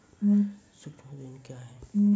सुक्ष्म ऋण क्या हैं?